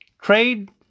Trade